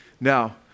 Now